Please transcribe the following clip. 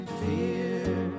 fear